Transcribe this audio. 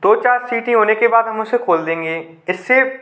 दो चार सिटी होने के बाद हम उसे खोल देंगे इससे